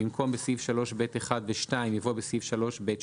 במקום 'בסעיף 3(ב)(1) ו־(2)' יבוא 'בסעיף 3(ב)(2)'."